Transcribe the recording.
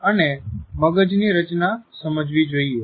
' અને મગજની રચના સમજવી જોઈએ